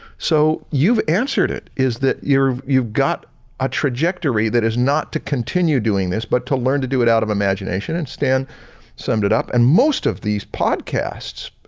so you've answered it, is that your you've got a trajectory that is not to continue doing this but to learn to do it out of imagination and stan summed it up and most of these podcasts,